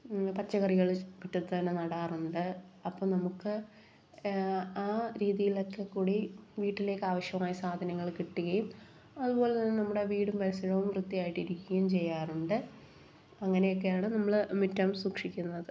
പച്ചക്കറികൾ മുറ്റത്ത് തന്നെ നാടാറുണ്ട് അപ്പം നമുക്ക് ആ രീതിയിലൊക്കെ കൂടി വീട്ടിലേക്ക് ആവശ്യമായ സാധനങ്ങൾ കിട്ടുകയും അതുപോലെ തന്നെ നമ്മുടെ വീടും പരിസരവും വൃത്തിയായിട്ട് ഇരിക്കുകയും ചെയ്യാറുണ്ട് അങ്ങനെയൊക്കെയാണ് നമ്മൾ മുറ്റം സൂക്ഷിക്കുന്നത്